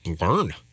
learn